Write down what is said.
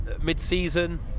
mid-season